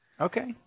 Okay